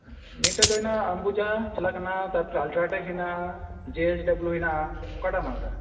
ᱢᱤᱫᱴᱮᱱ ᱫᱚ ᱦᱩᱭᱮᱱᱟ ᱟᱢᱵᱩᱡᱟ ᱪᱟᱞᱟᱜ ᱠᱟᱱᱟ ᱛᱟᱯᱚᱨᱮ ᱟᱞᱴᱨᱟᱴᱮᱠ ᱦᱮᱱᱟᱜᱼᱟ ᱡᱤ ᱮᱥ ᱰᱟᱵᱽᱞᱤᱭᱩ ᱦᱮᱱᱟᱜᱼᱟ ᱚᱠᱟᱴᱟᱜ ᱮᱢ ᱦᱟᱛᱟᱣᱟ